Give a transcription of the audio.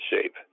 shape